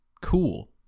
cool